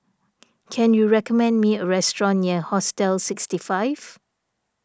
can you recommend me a restaurant near Hostel sixty five